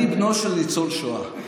אני בנו של ניצול שואה.